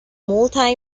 multi